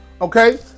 Okay